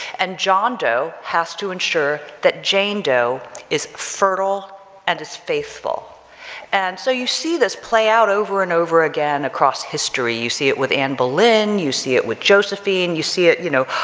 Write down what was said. and john doe has to ensure that jane doe is fertile and is faithful and so you see this play out over and over again across history, you see it with anne boleyn, you see it with josephine, you see it, you know,